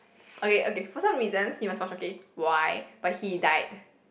okay okay for some reasons you must watch okay why but he died